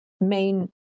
main